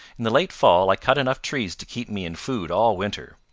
in the late fall i cut enough trees to keep me in food all winter.